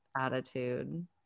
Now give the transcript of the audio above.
attitude